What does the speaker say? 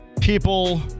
people